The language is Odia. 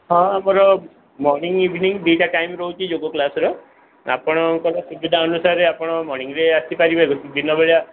ହଁ ଆମର ମର୍ଣ୍ଣିଂ ଇଭିନିଂ ଦୁଇଟା ଟାଇମ୍ ରହୁଛି ଯୋଗ କ୍ଲାସ୍ର ଆପଣଙ୍କର ସୁବିଧା ଅନୁସାରେ ଆପଣ ମର୍ଣ୍ଣିଂରେ ଆସିପାରିବେ ଦିନବେଳା